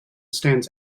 stands